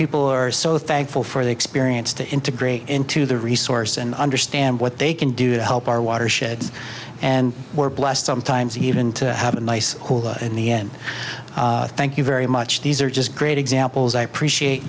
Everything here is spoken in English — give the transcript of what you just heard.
people are so thankful for the experience to integrate into the resource and understand what they can do to help our watersheds and we're blessed sometimes even to have a nice in the end thank you very much these are just great examples i appreciate